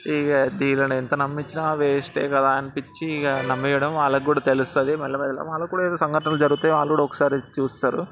ఇక వీళ్ళని ఎంత నమ్మించినా వేస్టే కదా అనిపించి ఇక నమ్మేయడం వాళ్ళకి కూడా తెలుస్తుంది మెల్లగా మెల్లగా వాళ్ళకి కూడా ఏదో సంఘటన జరుగుతాయి వాళ్ళు కూడా ఒకసారి చూస్తారు